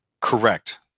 Correct